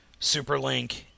Superlink